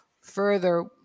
further